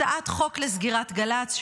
הצעת חוק לסגירת גל"צ,